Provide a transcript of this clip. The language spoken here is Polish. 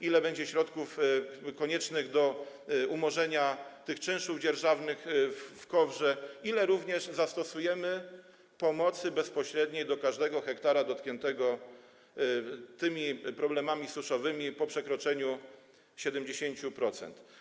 ile będzie środków koniecznych do umorzenia tych czynszów dzierżawnych w KOWR, ile również zastosujemy pomocy bezpośredniej w stosunku do każdego hektara dotkniętego problemami suszowymi po przekroczeniu 70%.